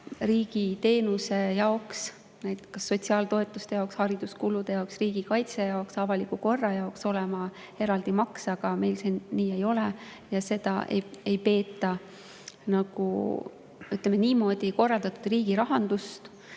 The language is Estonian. riigi teenuse jaoks, sotsiaaltoetuse jaoks, hariduskulu jaoks, riigikaitse jaoks, avaliku korra jaoks olema eraldi maks. Aga meil see nii ei ole ja seda ei peeta … Ütleme, niimoodi korraldatud riigirahandust